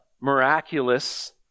miraculous